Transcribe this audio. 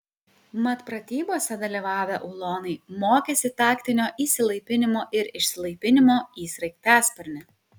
mat pratybose dalyvavę ulonai mokėsi taktinio įsilaipinimo ir išsilaipinimo į sraigtasparnį